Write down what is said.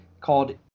called